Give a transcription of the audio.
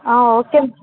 okay